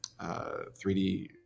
3D